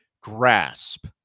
grasp